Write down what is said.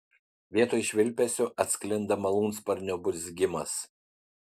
vietoj švilpesio atsklinda malūnsparnio burzgimas